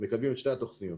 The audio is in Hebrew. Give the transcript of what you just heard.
מקדמים את שתי התוכניות.